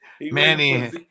Manny